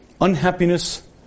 unhappiness